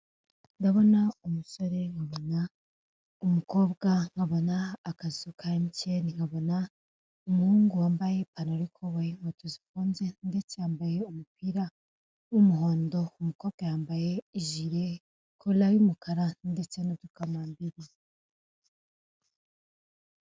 Ndabona umusore nkabona umukobwa, nkabona akazu ka MTN nkabona umuhungu wambaye ipantaro yikoboyi n'inkweto zifunze ndetse yambaye umupira w'umuhondo ,umukobwa yambaye ijile na cola y'umukara ndetse n'udukamambiri .